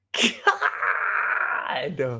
god